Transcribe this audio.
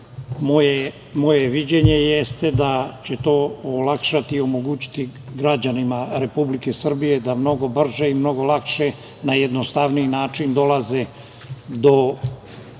moje viđenje jeste da će to olakšati i omogućiti građanima Republike Srbije da mnogo brže i mnogo lakše, na jednostavniji način dolaze do